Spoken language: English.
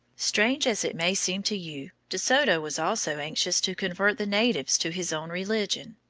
strange as it may seem to you, de soto was also anxious to convert the natives to his own religion.